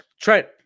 Trent